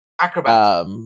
acrobat